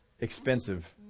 expensive